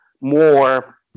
more